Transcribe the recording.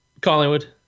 Collingwood